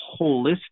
holistic